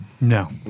No